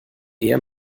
eher